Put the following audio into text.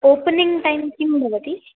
opening time किं भवति